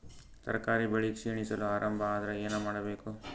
ತರಕಾರಿ ಬೆಳಿ ಕ್ಷೀಣಿಸಲು ಆರಂಭ ಆದ್ರ ಏನ ಮಾಡಬೇಕು?